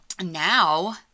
Now